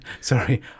Sorry